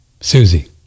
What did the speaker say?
Susie